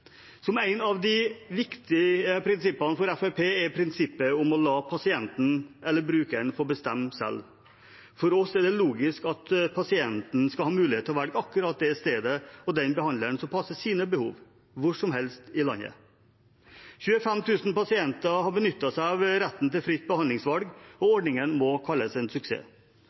for Fremskrittspartiet er prinsippet om å la pasienten eller brukeren få bestemme selv. For oss er det logisk at pasienten skal ha mulighet til å velge akkurat det stedet og den behandleren som passer eget behov – hvor som helst i landet. 25 000 pasienter har benyttet seg av retten til fritt behandlingsvalg, og ordningen må kalles en suksess.